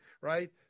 right